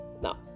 Now